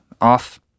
off